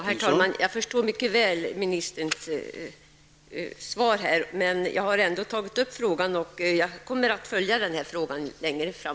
Herr talman! Jag förstår ministerns svar mycket väl. Men jag har ändå tagit upp frågan och kommer också att följa den längre fram.